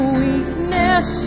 weakness